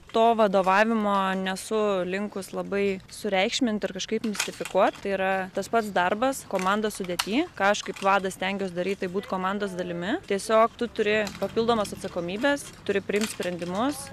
to vadovavimo nesu linkus labai sureikšmint ar kažkaip mistifikuot tai yra tas pats darbas komandos sudėty ką aš kaip vadas stengiuos daryt tai būt komandos dalimi tiesiog tu turi papildomas atsakomybes turi priimt sprendimus